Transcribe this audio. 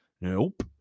nope